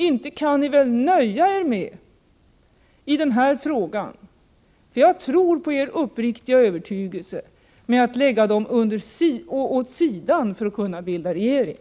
Inte kan ni väl i den här frågan nöja er med — jag tror på er uppriktiga övertygelse — att lägga dessa värderingar åt sidan för att kunna bilda regering?